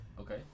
Okay